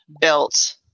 built